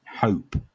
hope